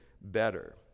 better